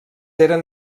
eren